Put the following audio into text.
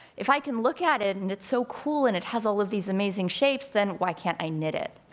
if i can look at it, and it's so cool, and it has all of these amazing shapes, then why can't i knit it?